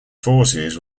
forces